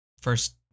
first